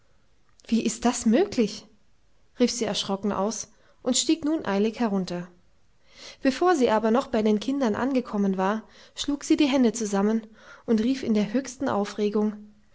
wie ist das möglich rief sie erschrocken aus und stieg nun eilig herunter bevor sie aber noch bei den kindern angekommen war schlug sie die hände zusammen und rief in der höchsten aufregung